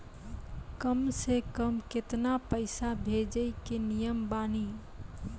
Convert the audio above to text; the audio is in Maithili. कम से कम केतना पैसा भेजै के नियम बानी?